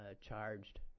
charged